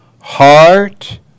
heart